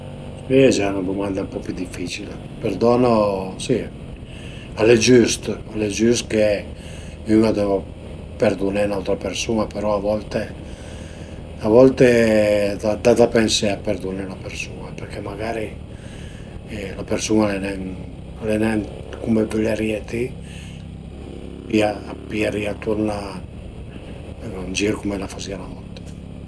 Custa si al e gia 'na dumanda ën po pi dificila. Perdono si al e giüst, al e giüst che ün a deva perduné ün'autra persun-a però a volte, a volta a da da pensé a perduné 'na persun-a perché magari la persun-a al e nen al e nen cume vurìe ti e a piarìa turna ën fir cum a fazìa 'na volta